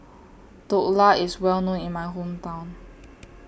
Dhokla IS Well known in My Hometown